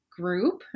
group